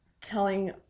telling